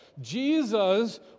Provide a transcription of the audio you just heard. Jesus